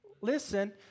listen